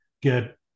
get